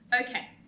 Okay